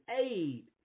aid